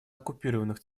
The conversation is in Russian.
оккупированных